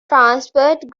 transferred